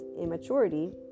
Immaturity